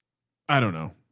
i don't know.